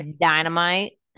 dynamite